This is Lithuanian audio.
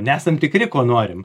nesam tikri ko norim